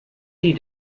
die